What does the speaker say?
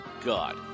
God